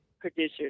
producers